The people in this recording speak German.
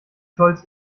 scholz